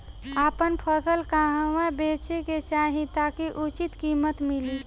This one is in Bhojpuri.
आपन फसल कहवा बेंचे के चाहीं ताकि उचित कीमत मिली?